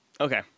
Okay